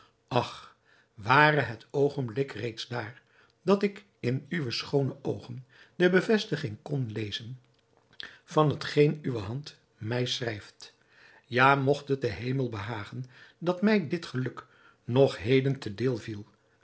ach ware het oogenblik reeds daar dat ik in uwe schoone oogen de bevestiging kon lezen van hetgeen uwe hand mij schrijft ja mogt het den hemel behagen dat mij dit geluk nog heden te deel viel